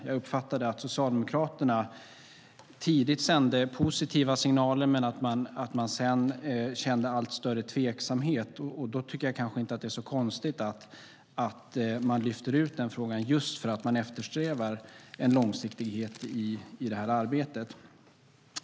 Jag uppfattade att Socialdemokraterna tidigt sände positiva signaler men att man sedan kände allt större tveksamhet. Då tycker jag kanske inte att det är så konstigt att man lyfter ut den frågan, eftersom man eftersträvar en långsiktighet i det här arbetet.